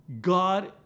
God